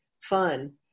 fun